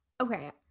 Okay